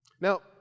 Now